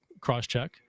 cross-check